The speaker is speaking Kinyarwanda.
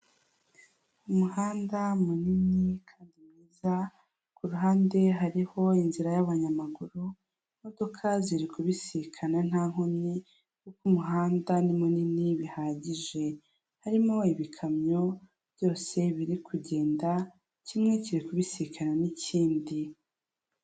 Umuhanda munini kandi mwiza ku ruhande hariho inzira y'abanyamaguru, imodoka ziri kubisikana nta nkomyi kuko umuhanda ni munini bihagije, harimo ibikamyo byose biri kugenda kimwe kiri kubisikana n'ikindi.